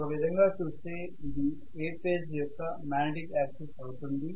ఒక విధంగా చూస్తే ఇది A ఫేజ్ యొక్క మాగ్నెటిక్ యాక్సిస్ అవుతుంది